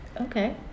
Okay